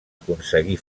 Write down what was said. aconseguir